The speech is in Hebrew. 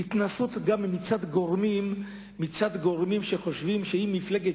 התנשאות גם מצד גורמים שחושבים שאם מפלגת